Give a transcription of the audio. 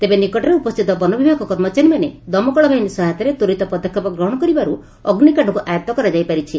ତେବେ ନିକଟରେ ଉପସ୍ଥିତ ବନବିଭାଗ କର୍ମଚାରୀମାନେ ଦମକଳ ବାହିନୀ ସହାୟତାରେ ତ୍ୱରିତ ପଦକ୍ଷେପ ଗ୍ରହଶ କରିବାରୁ ଅଗ୍ନିକାଣ୍ଡକୁ ଆୟତ୍ତ କରାଯାଇପାରିଛି